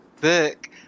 book